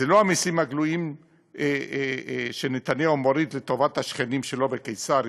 זה לא המסים הגלויים שנתניהו מוריד לטובת השכנים שלו בקיסריה,